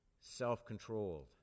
self-controlled